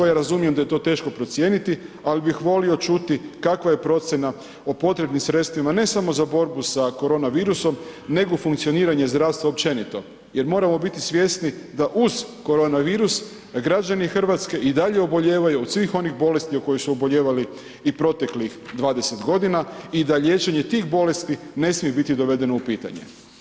Ja razumijem da je to teško procijeniti, ali bih volio čuti kakva je procjena o potrebnim sredstvima, ne samo za borbu sa koronavirusom nego funkcioniranje zdravstva općenito jer moramo biti svjesni da uz koronavirus građani RH i dalje oboljevaju od svih onih bolesti od kojih su oboljevali i proteklih 20.g. i da lječenje tih bolesti ne smije biti dovedeno u pitanje.